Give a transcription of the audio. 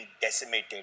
decimated